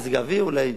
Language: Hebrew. מזג האוויר אולי,